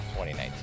2019